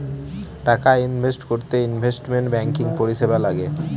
টাকা ইনভেস্ট করতে investment banking পরিষেবা লাগে